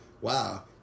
wow